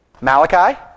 Malachi